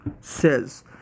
says